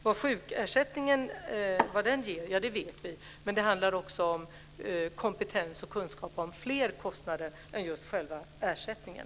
Vad sjukersättningen ger vet vi, men det handlar också om kunskap om fler kostnader än just själva ersättningen.